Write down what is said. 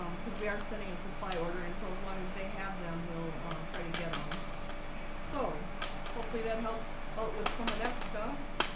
um because we are sending a supply order and so as long as they have them we'll um try to get them um so hopefully that helps out with some of that stuff